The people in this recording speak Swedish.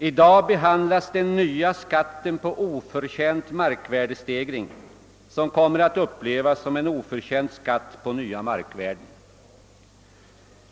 I dag behandlas den nya skatten på oförtjänt markvärdestegring, «vilken kommer att upplevas som en oförtjänt skatt på nya markvärden.